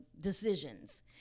decisions